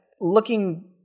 looking